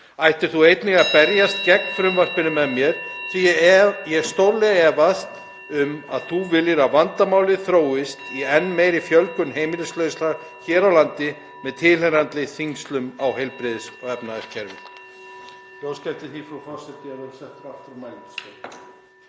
ættir þú einnig að berjast gegn frumvarpinu með mér, (Forseti hringir.) því ég stórlega efast um að þú viljir að vandamálið þróist í enn meiri fjölgun heimilislausra hér á landi með tilheyrandi þyngslum á heilbrigðis- og efnahagskerfið.“